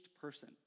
person